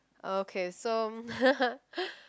okay so